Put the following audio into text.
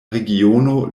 regiono